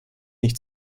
nicht